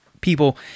people